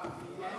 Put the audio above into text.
זו הרשימה